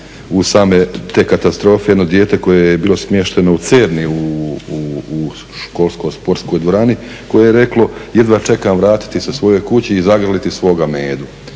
u početku te katastrofe jedno dijete koje je bilo smješteno u Cerni u školskoj sportskoj dvorani koje je reklo jedva čekam vratiti se svojoj kući i zagrliti svoga Medu.